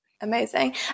Amazing